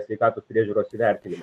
sveikatos priežiūros įvertinimą